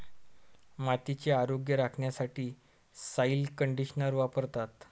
मातीचे आरोग्य राखण्यासाठी सॉइल कंडिशनर वापरतात